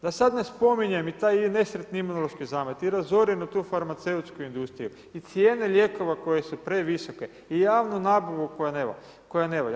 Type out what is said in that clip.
Da sada ne spominjem i taj nesretni Imunološki zavod i razorenu tu farmaceutsku industriju i cijene lijekova koje su previsoke i javnu nabavu koja ne valja.